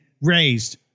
raised